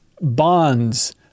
bonds